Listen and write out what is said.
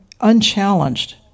unchallenged